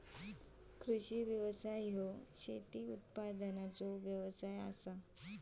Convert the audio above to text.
कृषी व्यवसाय ह्यो शेतकी उत्पादनाचो व्यवसाय आसा